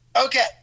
Okay